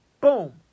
boom